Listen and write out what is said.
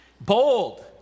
bold